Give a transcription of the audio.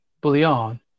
Bouillon